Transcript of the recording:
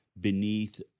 beneath